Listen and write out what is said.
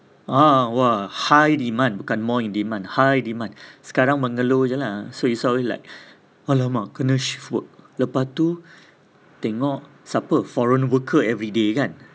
ah !wah! high demand bukan more in demand high demand sekarang mengeluh aja lah so he saw already like !alamak! kene shift work lepas tu tengok sape foreign worker everyday kan